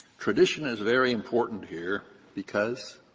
tradition is very important here, because?